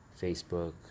Facebook